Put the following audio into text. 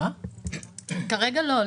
כרגע לא.